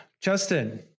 Justin